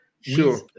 sure